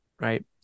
right